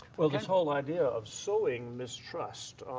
well, this whole idea of sowing mistrust.